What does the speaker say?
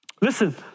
Listen